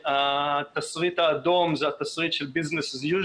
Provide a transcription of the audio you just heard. התשריט האדום זה התשריט של "עסקים כרגיל",